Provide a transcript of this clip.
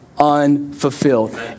unfulfilled